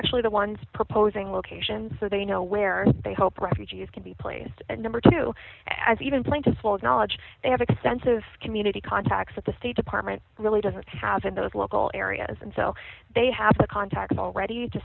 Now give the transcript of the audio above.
actually the ones proposing locations so they know where they hope refugees can be placed and number two as even plentiful as knowledge they have extensive community contacts at the state department really doesn't have in those local areas and so they have the contacts already to